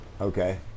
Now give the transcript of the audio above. Okay